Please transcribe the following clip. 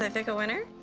i pick a winner?